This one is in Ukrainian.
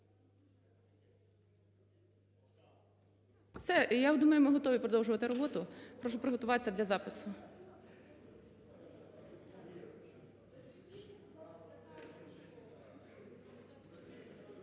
Все, я думаю, ми готові продовжувати роботу. Прошу приготуватися для запису.